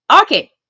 Okay